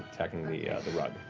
attacking the yeah the rug.